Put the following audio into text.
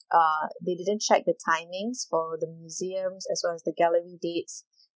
uh they didn't check the timings for the museums as well as the gallery dates